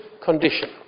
condition